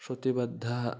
श्रुतिबद्धम्